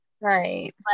right